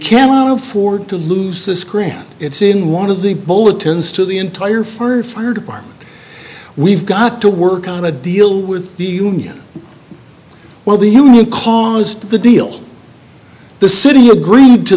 cannot afford to lose this grant it's in one of the bulletins to the entire firm fire department we've got to work out a deal with the union well the union caused the deal the city agreed to